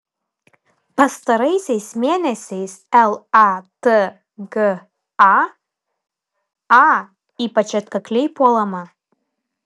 pastaraisiais mėnesiais latga a ypač atkakliai puolama